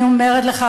אני אומרת לך,